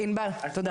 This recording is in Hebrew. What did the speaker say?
ענבל תודה.